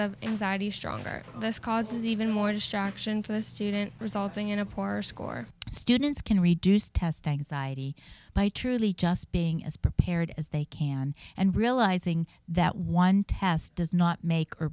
of anxiety stronger this causes even more distraction for the student resulting in a poor score students can reduce test anxiety by truly just being as prepared as they can and realizing that one test does not make or